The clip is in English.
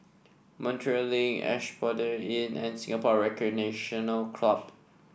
Montreal Link Asphodel Inn and Singapore Recreational Club